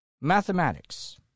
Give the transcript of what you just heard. mathematics